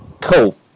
Cool